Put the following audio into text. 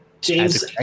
James